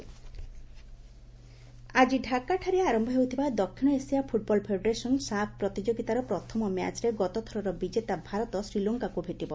ସାଫ୍ football ଆଜି ଡାକାଠାରେ ଆରମ୍ଭ ହେଉଥିବା ଦକ୍ଷିଣ ଏସୀଆ ଫୁଟବଲ ଫେଡେରେସନ୍ ସାଫ୍ ପ୍ରତିଯୋଗିତାର ପ୍ରଥମ ମ୍ୟାଚ୍ରେ ଗତଥରର ବିଜେତା ଭାରତ ଶ୍ରୀଲଙ୍କାକୁ ଭେଟିବ